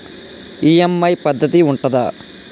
EMI పద్ధతి ఉంటదా?